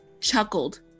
chuckled